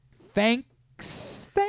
thanks